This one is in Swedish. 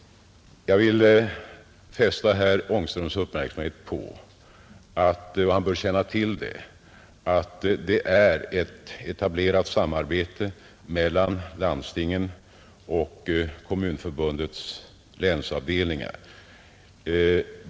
Jag vill fästa herr Ångströms uppmärksamhet på att man bör känna till att det finns ett etablerat samarbete mellan landstingen och kommunförbundets länsavdelningar.